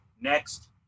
next